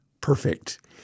perfect